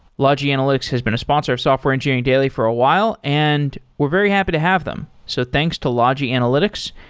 logi analytics has been a sponsor of software engineering daily for a while, and we're very happy to have them. so thanks to logi analytics,